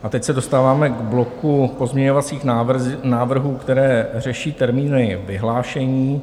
A teď se dostáváme k bloku pozměňovacích návrhů, které řeší termíny vyhlášení.